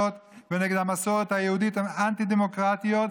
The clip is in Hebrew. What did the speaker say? ונגד המסורת היהודית הן אנטי-דמוקרטיות,